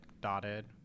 dotted